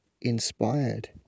inspired